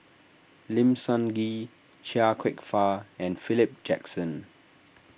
Lim Sun Gee Chia Kwek Fah and Philip Jackson